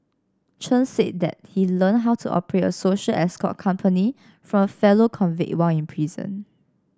Chen said that he learned how to operate a social escort company from fellow convict while in prison